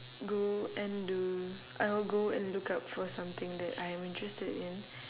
go and do I would go and look out for something that I am interested in